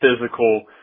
physical